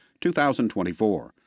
2024